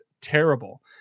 terrible